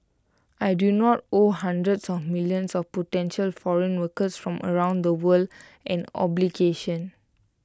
I do not owe hundreds of millions of potential foreign workers from around the world an obligation